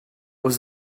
was